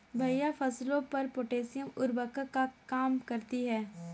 भैया फसलों पर पोटैशियम उर्वरक क्या काम करती है?